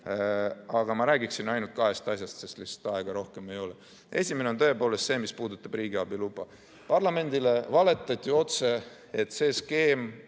ole. Ma räägiksin veel ainult kahest asjast, sest lihtsalt aega rohkem ei ole. Esimene on tõepoolest see, mis puudutab riigiabi luba. Parlamendile valetati otse, et selle skeemi